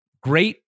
great